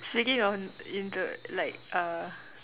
speaking of Indra like uh